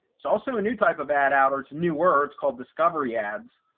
it's also a new type of ad out, or it's new words called discovery ads,